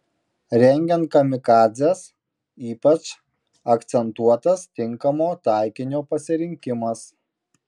rengiant kamikadzes ypač akcentuotas tinkamo taikinio pasirinkimas